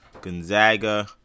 Gonzaga